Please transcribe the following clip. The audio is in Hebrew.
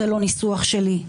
זה לא ניסוח שלי,